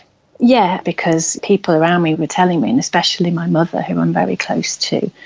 yeah because people around me were telling me, and especially my mother who i'm very close to.